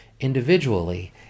Individually